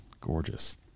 gorgeous